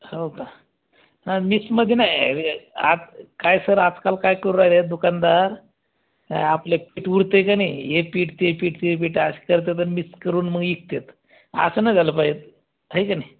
होव का मिक्समधे नाय आ काय सर आजकाल काय करून राहिले दुकानदार आपले पीठ उरते का नाही हे पीठ ते पीठ ते पीठ असं करतात आणि मग मिक्स करून मग विकतातअसं नाही झालं पाहिजे हाय का नाय